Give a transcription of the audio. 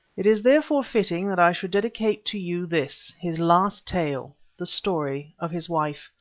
it is therefore fitting that i should dedicate to you this, his last tale the story of his wife,